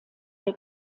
der